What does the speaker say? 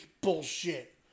bullshit